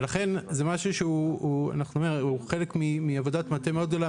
לכן זה משהו שהוא חלק מעבודת מטה מאוד גדולה,